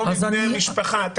או מהמשפחה.